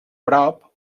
prop